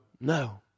No